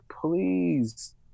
please